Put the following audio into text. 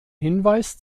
hinweis